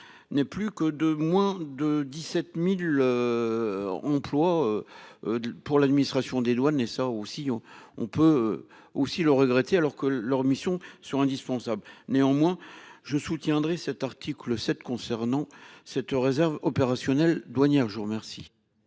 n'est plus que de moins de 17.000. Emplois. Pour l'administration des douanes et ça aussi on, on peut aussi le regretter. Alors que leur mission sur indispensable. Néanmoins je soutiendrai cet article 7 concernant cette réserve opérationnelle douanière. Je vous remercie.